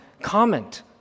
comment